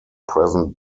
present